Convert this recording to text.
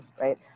Right